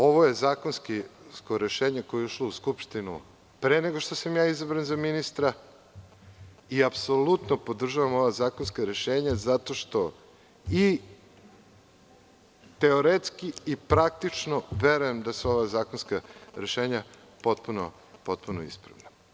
Ovo je zakonsko rešenje koje je ušlo u Skupštinu pre nego što sam ja izabran za ministra i apsolutno podržavam ova zakonska rešenja zato što i teoretski i praktično verujem da su ova zakonska rešenja potpuno ispravna.